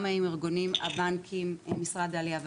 גם ארגונים עם הבנקים ומשרד העלייה והקליטה,